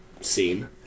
scene